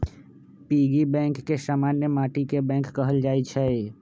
piggy bank के समान्य माटिके बैंक कहल जाइ छइ